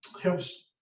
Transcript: helps